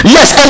Yes